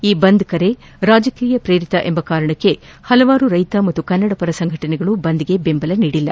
ಈ ಬಂದ್ ಕರೆ ರಾಜಕೀಯ ಪ್ರೇರಿತ ಎಂಬ ಕಾರಣಕ್ಕೆ ಹಲವಾರು ರೈತ ಮತ್ತು ಕನ್ನಡಪರ ಸಂಘಟನೆಗಳು ಬಂದ್ಗೆ ಬೆಂಬಲ ನೀಡಿಲ್ಲ